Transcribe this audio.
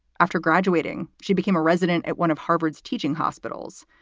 after graduating, she became a resident at one of harvard's teaching hospitals.